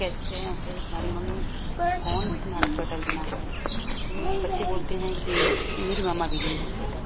कैसे तुम्हारी मम्मी कौन तुम्हारा स्वेटर बिना है लोग बच्चे बोलते हैं कि मेरी मम्मा बिनी है स्वेटर